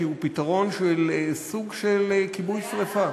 כי הוא פתרון של סוג של כיבוי שרפה.